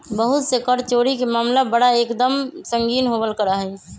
बहुत से कर चोरी के मामला बड़ा एक दम संगीन होवल करा हई